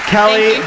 Kelly